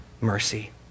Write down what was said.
mercy